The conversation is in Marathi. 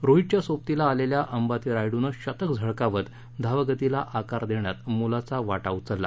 रोहितच्या सोबतीला आलेल्या अंबाती रायडूनं शतक झळकावत धावगतीला आकार देण्यात मोलाचा वाटा उचलला